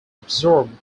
absorbed